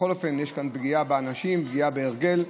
בכל אופן, יש פה פגיעה באנשים, פגיעה בהרגל,